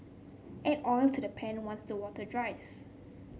add oil to the pan once the water dries